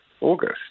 August